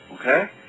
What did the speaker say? okay